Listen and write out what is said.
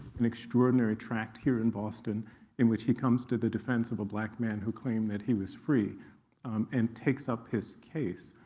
an extraordinary tract here in boston in which he comes to the defense of a black man who claimed that he was free and takes up his case.